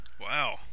Wow